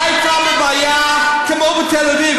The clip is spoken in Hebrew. חיפה בבעיה כמו תל-אביב,